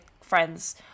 friends